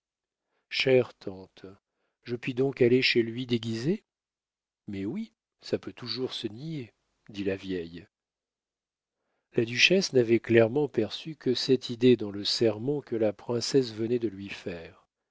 chère tante je puis donc aller chez lui déguisée mais oui ça peut toujours se nier dit la vieille la duchesse n'avait clairement perçu que cette idée dans le sermon que la princesse venait de lui faire